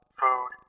food